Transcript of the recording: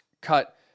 cut